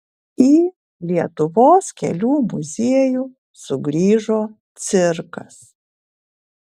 į lietuvos kelių muziejų sugrįžo cirkas